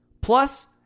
plus